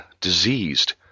diseased